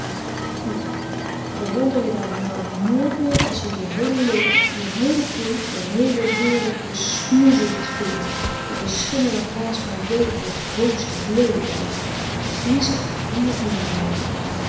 verwonder je dan nou nooit meer as je je heele leven je heele kring je heele wereld besmoezeld frederik van eeden van de koele meren des doods vind met een schimmelig waas van weeheid voosheid leelijkheid griezel of hoe je t noemen wil